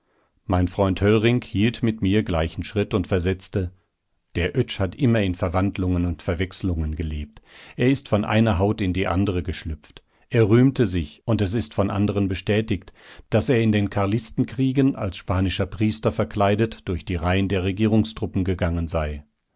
mein freund höllring hielt mit mir gleichen schritt und versetzte der oetsch hat immer in verwandlungen und verwechslungen gelebt er ist von einer haut in die andere geschlüpft er rühmte sich und es ist von anderen bestätigt daß er in den karlistenkriegen als spanischer priester verkleidet durch die reihen der regierungstruppen gegangen sei